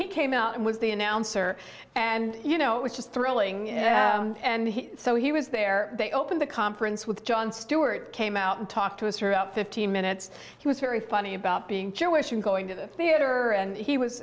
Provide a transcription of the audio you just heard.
he came out and was the announcer and you know it was just thrilling and so he was there they opened the conference with jon stewart came out and talked to us throughout fifteen minutes he was very funny about being jewish and going to the theater and he was